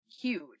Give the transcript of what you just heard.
huge